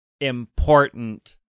important